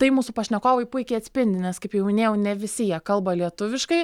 tai mūsų pašnekovai puikiai atspindi nes kaip jau minėjau ne visi jie kalba lietuviškai